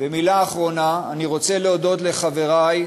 ומילה אחרונה, אני רוצה להודות לחברי,